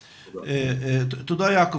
תודה, יעקב.